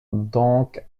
donc